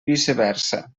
viceversa